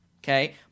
Okay